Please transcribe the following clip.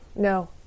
No